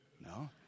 No